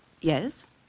yes